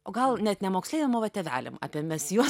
o gal net ne moksleiviam o va tėveliam apie mes juos